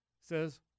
says